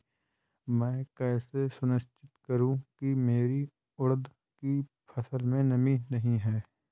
मैं कैसे सुनिश्चित करूँ की मेरी उड़द की फसल में नमी नहीं है?